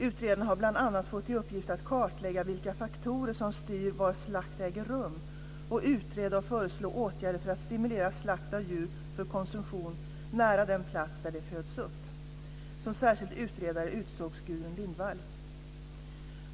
Utredaren har bl.a. fått i uppgift att kartlägga vilka faktorer som styr var slakt äger rum och utreda och föreslå åtgärder för att stimulera slakt av djur för konsumtion nära den plats där de föds upp. Som särskild utredare utsågs Gudrun Lindvall.